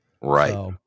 Right